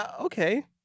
okay